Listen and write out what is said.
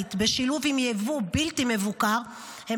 וכלכלית בשילוב עם יבוא בלתי מבוקר הם